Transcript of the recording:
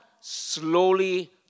slowly